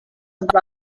have